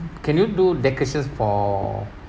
can you do decorations for